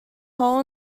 hole